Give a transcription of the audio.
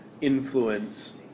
influence